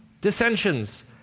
dissensions